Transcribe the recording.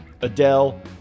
Adele